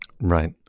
Right